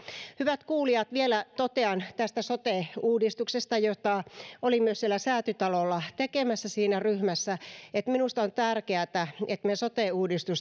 hyvät kuulijat vielä totean tästä sote uudistuksesta jota myös olin säätytalolla tekemässä siinä ryhmässä että minusta on tärkeätä että me teemme sote